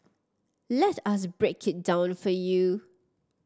let us break it down for you